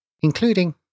including